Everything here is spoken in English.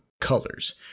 colors